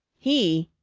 he?